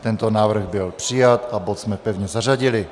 Tento návrh byl přijat a bod jsme pevně zařadili.